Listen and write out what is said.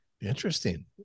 Interesting